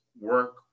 work